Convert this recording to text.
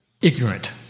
ignorant